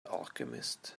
alchemists